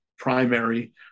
primary